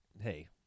hey